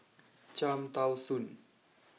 Cham Tao Soon